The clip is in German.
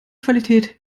qualität